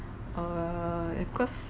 err because